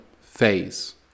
phase